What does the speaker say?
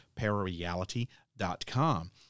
parareality.com